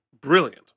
brilliant